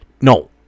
No